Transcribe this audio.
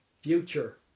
future